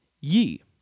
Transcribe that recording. ye